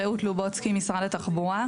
רעות לובצקי, משרד התחבורה.